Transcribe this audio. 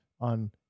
on